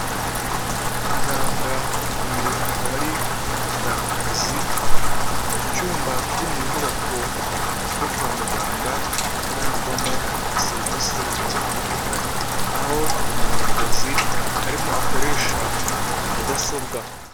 Muganga, uyu akaba ari mugangakazi mu cyumba kiri mu nyubako yo kwa muganga itangirwamo serivisi z'ubuvuzi butandukanye, aho uyu mugangakazi arimo akoresha mudasobwa.